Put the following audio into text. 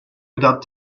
without